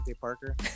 Parker